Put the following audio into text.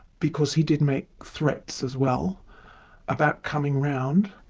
because he did make threats as well about coming round.